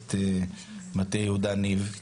מועצת מטה יהודה ניב,